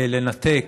לנתק